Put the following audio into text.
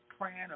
praying